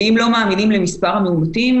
ואם לא מאמינים למספר המאומתים,